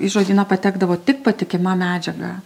į žodyną patekdavo tik patikima medžiaga